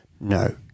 No